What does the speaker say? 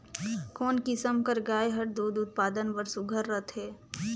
कोन किसम कर गाय हर दूध उत्पादन बर सुघ्घर रथे?